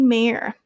Mayor